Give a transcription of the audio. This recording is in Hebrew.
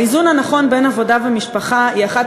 האיזון הנכון בין עבודה למשפחה הוא אחת